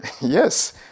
Yes